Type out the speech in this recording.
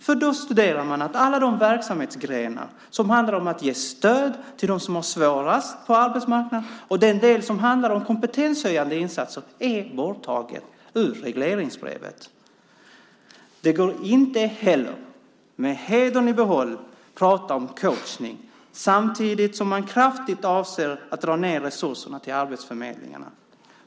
Man kan se att alla de verksamhetsgrenar som handlar om att ge stöd till dem som har svårast på arbetsmarknaden och den del som handlar om kompetenshöjande insatser är borttaget ur regleringsbrevet. Det går inte heller att med hedern i behåll prata om coachning samtidigt som man avser att kraftigt dra ned resurserna till arbetsförmedlingarna.